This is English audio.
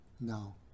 No